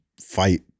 fight